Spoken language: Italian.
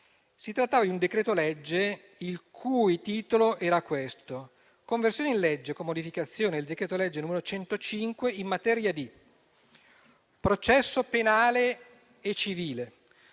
Si trattava di un decreto-legge il cui titolo recitava: «Conversione in legge con modificazioni del decreto-legge n. 105 in materia di processo penale, di